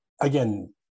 again